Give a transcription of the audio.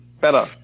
Better